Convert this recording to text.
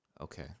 Okay